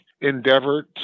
endeavored